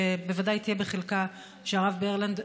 שבוודאי תהיה בחלקה שהרב ברלנד,